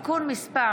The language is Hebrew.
(תיקון מס'